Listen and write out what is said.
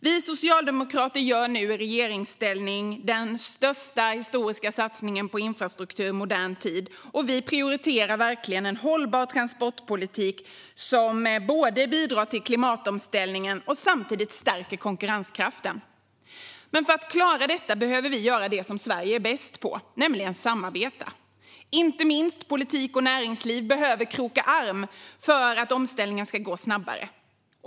Vi socialdemokrater gör nu i regeringsställning den historiskt största satsningen på infrastruktur i modern tid, och vi prioriterar verkligen en hållbar transportpolitik som både bidrar till klimatomställningen och stärker konkurrenskraften. Men för att klara detta behöver vi göra det som Sverige är bäst på, nämligen samarbeta. Inte minst politik och näringsliv behöver kroka arm för att omställningen ska gå snabbare.